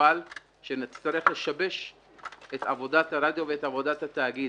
וחבל שנצטרך לשבש את עבודת הרדיו ואת עבודת התאגיד.